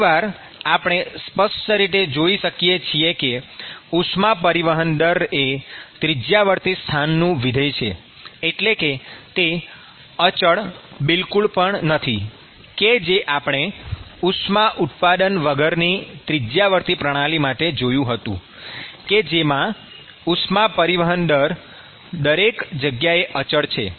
ફરીવાર આપણે સ્પષ્ટ રીતે જોઈ શકીએ છીએ કે ઉષ્મા પરિવહન દર એ ત્રિજ્યાવર્તી સ્થાનનું વિધેય છે એટલે કે તે અચળ બિલકુલ પણ નથી કે જે આપણે ઉષ્મા ઉત્પાદન વગરની ત્રિજયાવર્તી પ્રણાલી માટે જોયું હતું કે જેમાં ઉષ્મા પરિવહન દર દરેક જગ્યાએ અચળ છે